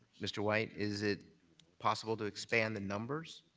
mr. whyte, is it possible to expand the numbers?